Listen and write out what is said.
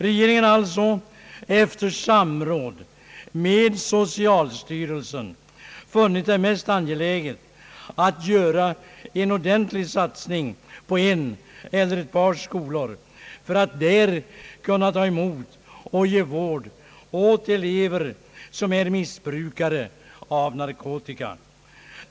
Regeringen har alltså, efter samråd med socialstyrelsen, funnit det mest angeläget att göra en ordentlig satsning på en eller ett par skolor för att man där skall kunna ta emot och ge vård åt elever som missbrukar narkotika.